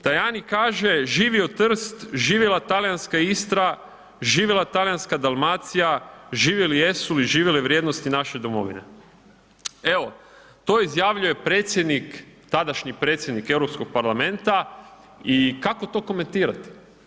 Tajani kaže „Živio Trst, živjela talijanska Istra, živjela talijanska Dalmacija, živjeli jesu i živjele vrijednosti naše domovine“ Evo, to je izjavljuje predsjednik, tadašnji predsjednik Europskog parlamenta i kako to komentirati?